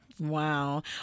Wow